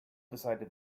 decided